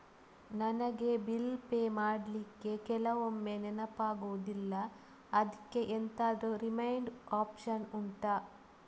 ನನಗೆ bill pay ಮಾಡ್ಲಿಕ್ಕೆ ಕೆಲವೊಮ್ಮೆ ನೆನಪಾಗುದಿಲ್ಲ ಅದ್ಕೆ ಎಂತಾದ್ರೂ ರಿಮೈಂಡ್ ಒಪ್ಶನ್ ಉಂಟಾ